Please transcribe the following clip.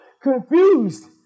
confused